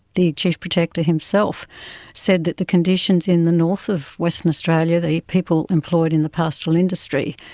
the chief protector himself said that the conditions in the north of western australia, the people employed in the pastoral industry,